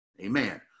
Amen